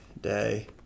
day